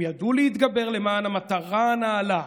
הם ידעו להתגבר למען המטרה הנעלה: